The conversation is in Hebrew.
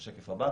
השקף הבא